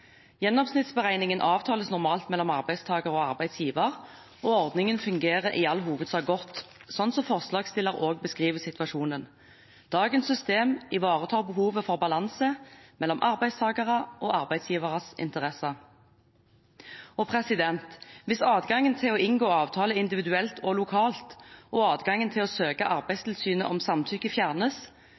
Gjennomsnittsberegningen avtales normalt mellom arbeidstaker og arbeidsgiver, og ordningen fungerer i all hovedsak godt, slik forslagsstiller også beskriver situasjonen. Dagens system ivaretar behovet for balanse mellom arbeidstakeres og arbeidsgiveres interesser. Hvis adgangen til å inngå avtale individuelt og lokalt, og adgangen til å søke Arbeidstilsynet om samtykke, fjernes,